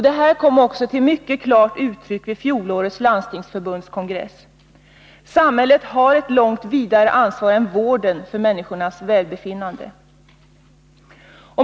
Det kom också till mycket klart uttryck vid fjolårets Landstingsförbundskongress. Samhället har ett långt vidare ansvar än vården för människors välbefinnande.